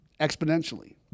exponentially